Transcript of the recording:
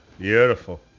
Beautiful